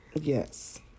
Yes